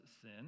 sin